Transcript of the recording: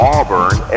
Auburn